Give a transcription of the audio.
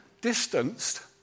distanced